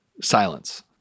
Silence